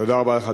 תודה רבה לך.